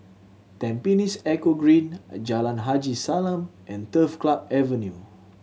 Tampines Eco Green Jalan Haji Salam and Turf Club Avenue